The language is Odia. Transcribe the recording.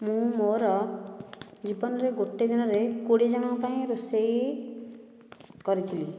ମୁଁ ମୋର ଜୀବନରେ ଗୋଟିଏ ଦିନରେ କୋଡ଼ିଏ ଜଣଙ୍କ ପାଇଁ ରୋଷେଇ କରିଥିଲି